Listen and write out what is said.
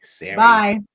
bye